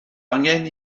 angen